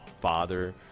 father